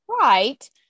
Right